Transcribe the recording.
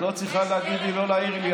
את לא צריכה להעיר לי,